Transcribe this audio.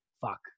fuck